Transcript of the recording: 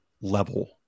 level